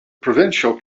provincial